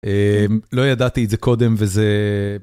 לא ידעתי את זה קודם וזה..